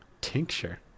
Tincture